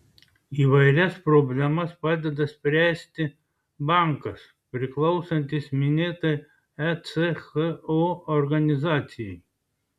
įvairias problemas padeda spręsti bankas priklausantis minėtai echo organizacijai